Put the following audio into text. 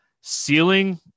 ceiling